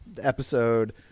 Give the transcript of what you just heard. episode